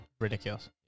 Ridiculous